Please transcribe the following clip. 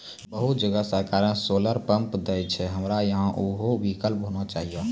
बहुत जगह सरकारे सोलर पम्प देय छैय, हमरा यहाँ उहो विकल्प होना चाहिए?